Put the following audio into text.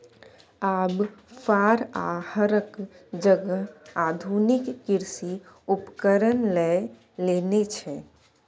आब फार आ हरक जगह आधुनिक कृषि उपकरण लए लेने छै